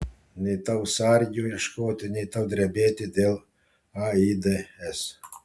nei tau sargių ieškoti nei tau drebėti dėl aids